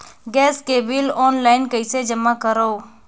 Gas के bill online कइसे जमा करव?